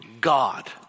God